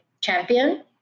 champion